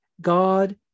God